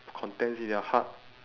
contents in their heart